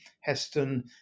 Heston